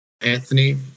Anthony